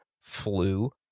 flu